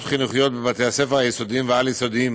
חינוכיות בבתי-הספר היסודיים והעל-יסודיים